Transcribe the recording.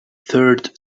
third